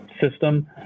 system